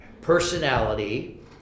personality